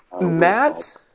Matt